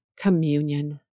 communion